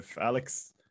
Alex